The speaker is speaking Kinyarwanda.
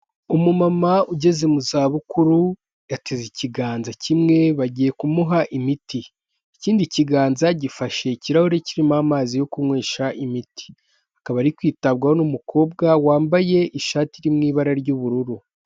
Umumama ugeze mu zabukuru yateze ikiganza kimwe bagiye kumuha imiti, ikindi kiganza gifashe ikirahuri kirimo amazi yo kunywesha imiti, akaba ari kwitabwaho n'umukobwa wambaye ishati iri mu ibara ry'ubururu.